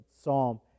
psalm